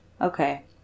Okay